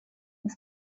ist